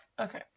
Okay